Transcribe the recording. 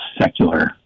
secular